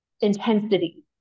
intensity